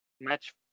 Match